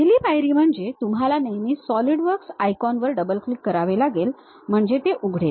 पहिली पायरी म्हणजे तुम्हाला नेहमी सॉलिडवर्क्स आयकॉन वर डबल क्लिक करावे लागेल म्हणजे ते उघडेल